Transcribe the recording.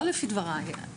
לא לפי דבריי.